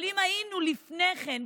אבל אם היינו לפני כן,